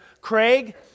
Craig